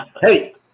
Hey